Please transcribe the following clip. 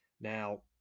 Now